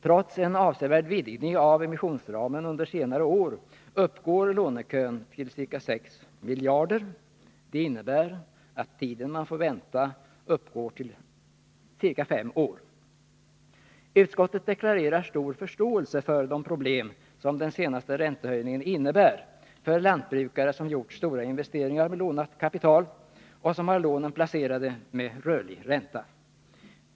Trots en avsevärd vidgning av emissionsramen under senare år uppgår lånebehovet till ca 6 miljarder. Det innebär en väntetid som uppgår till ca fem år. Utskottet deklarerar stor förståelse för de problem som den senaste räntehöjningen innebär för lantbrukare som gjort stora investeringar med lånat kapital och som har lånen placerade med rörlig ränta.